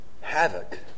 havoc